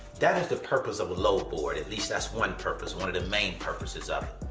that is the purpose of a load board, at least that's one purpose, one of the main purposes of